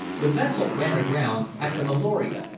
the vessel ran aground at the meloria,